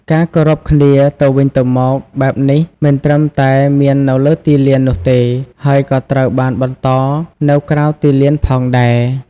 ការគោរពគ្នាទៅវិញទៅមកបែបនេះមិនត្រឹមតែមាននៅលើទីលាននោះទេ ហើយក៏ត្រូវបានបន្តនៅក្រៅទីលានផងដែរ។